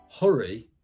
hurry